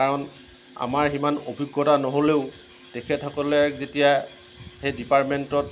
কাৰণ আমাৰ সিমান অভিজ্ঞতা নহ'লেও তেখেতসকলে যেতিয়া সেই ডিপাৰ্টমেণ্টত